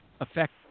affect